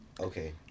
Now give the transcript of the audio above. Okay